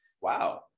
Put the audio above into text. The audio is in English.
Wow